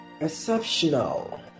exceptional